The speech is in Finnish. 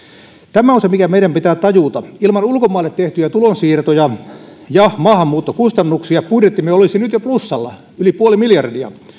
tämä on se mikä meidän pitää tajuta ilman ulkomaille tehtyjä tulonsiirtoja ja maahanmuuttokustannuksia budjettimme olisi jo nyt plussalla yli nolla pilkku viisi miljardia